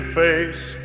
face